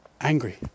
angry